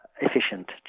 efficient